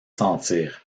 sentir